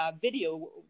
video